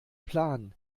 plan